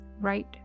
right